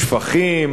שפכים